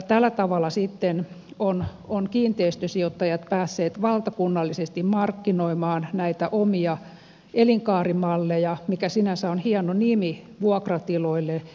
tällä tavalla sitten kiinteistösijoittajat ovat päässeet valtakunnallisesti markkinoimaan omia elinkaarimalleja mikä sinänsä on hieno nimi vuokratiloille